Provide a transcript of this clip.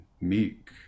meek